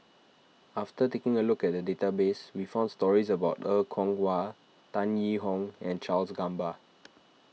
after taking a look at the database we found stories about Er Kwong Wah Tan Yee Hong and Charles Gamba